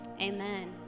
Amen